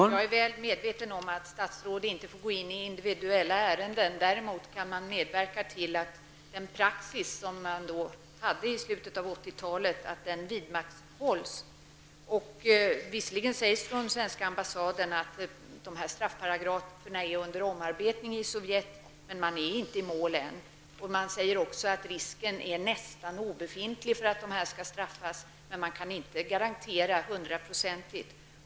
Herr talman! Jag är väl medveten om att statsrådet inte får gå in i individuella ärenden, men däremot kan hon medverka till att den praxis som Sverige hade i slutet av 80-talet vidmakthålls. Visserligen sägs det från svenska ambassaden att dessa straffparagrafer är under omarbetning i Sovjetunionen men att man inte är i mål än. Man säger också att risken är nästan obefintlig för att dessa människor skall straffas men att man inte kan garantera detta hundraprocentigt.